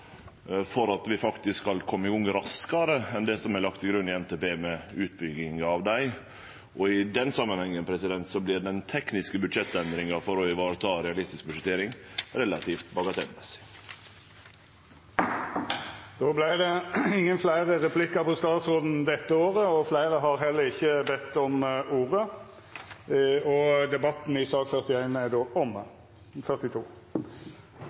vi skal kome raskare i gang med utbygginga av dei enn det som er lagt til grunn i NTP. I den samanhengen vert den tekniske budsjettendringa for å ivareta realistisk budsjettering relativt bagatellmessig. Då vart det ikkje fleire replikkar på statsråden dette året. Fleire har ikkje bedt om ordet til sak nr. 42. For at et samfunn skal være velfungerende og demokratisk, er